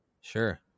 Sure